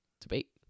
debate